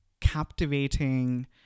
captivating